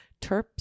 Terps